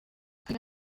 hari